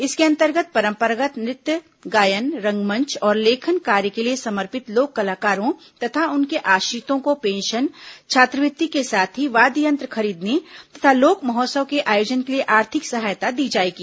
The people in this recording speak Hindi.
इसके अंतर्गत परंपरागत नृत्य गायन रंगमंच और लेखन कार्य के लिये समर्पित लोक कलाकारों तथा उनके आश्रितों को पेंषन छात्रवृत्ति के साथ ही वाद्य यंत्र खरीदने तथा लोक महोत्सव के आयोजन के लिए आर्थिक सहायता दी जायेगी